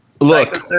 look